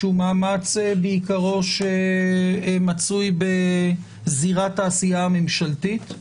שהוא בעיקרו מאמץ שמצוי בזירת העשייה הממשלתית,